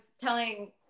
telling